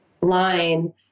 line